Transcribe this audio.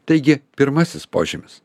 taigi pirmasis požymis